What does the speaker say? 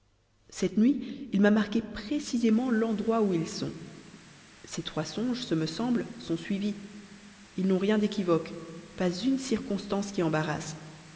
cette nuit il m'a marqué précisément l'endroit où ils sont ces trois songes ce me semble sont suivis ils n'ont rien d'équivoque pas une circonstance qui embarrasse